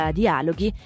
dialoghi